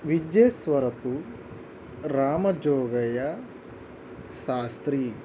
Vijjeswarapu Ramajogayya Sastry